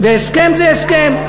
הסכם זה הסכם.